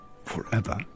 forever